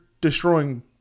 destroying